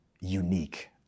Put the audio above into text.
unique